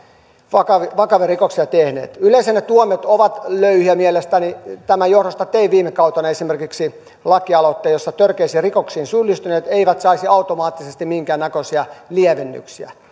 vakavia vakavia rikoksia tehneet yleensä ne tuomiot ovat löyhiä mielestäni tämän johdosta tein viime kautena esimerkiksi lakialoitteen jossa törkeisiin rikoksiin syyllistyneet eivät saisi automaattisesti minkään näköisiä lievennyksiä